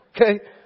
Okay